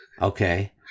Okay